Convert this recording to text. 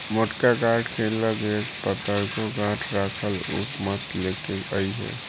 मोटका काठ के लगे पतरको काठ राखल उ मत लेके अइहे